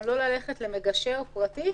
גם לא ללכת למגשר פרטי?